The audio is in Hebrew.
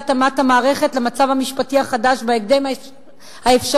התאמת המערכת למצב המשפטי החדש בהקדם האפשרי,